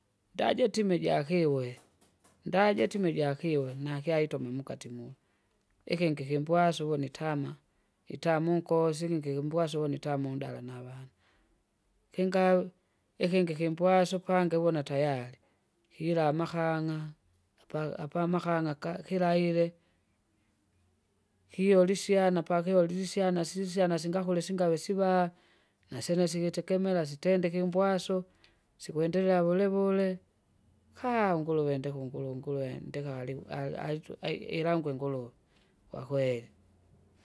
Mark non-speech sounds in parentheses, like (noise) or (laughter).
Ndajitime ijakiwe, (noise) ndajitime ijakiwe nakyaituma mukati muwe, ikingi ikimbwaso vunitama, itamunkose ikingi ikibwaso unita mundala navana. Kingawi! ikingi kimbwaso upange uhuna tayari, ihila amahang'a, apa apa amahang'a ka- kila ile, hiyo lisyana pakio lilisyana sisyana singakule singawe siva, nasyene sikitekemera sitendeke ibwaso sikwendelela vulevule kaa! nguruve ndeke ungulu ungurwe ndeka ali- ali- alich- ai- ilangwe nguruwe, kwakeli.